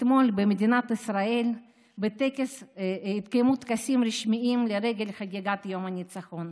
אתמול במדינת ישראל התקיימו טקסים רשמיים לרגל חגיגת יום הניצחון.